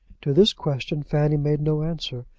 to this question fanny made no answer,